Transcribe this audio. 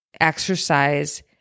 exercise